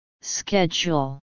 Schedule